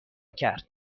کرد